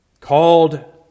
called